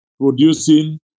producing